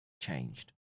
changed